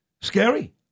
scary